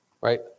right